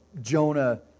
Jonah